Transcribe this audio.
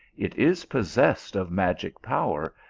it is possessed of magic power,